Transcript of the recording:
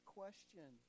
question